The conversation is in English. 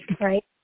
right